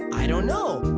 i don't know,